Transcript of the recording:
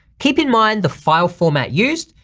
keep in mind the file format used,